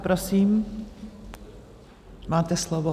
Prosím, máte slovo.